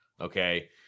Okay